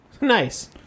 Nice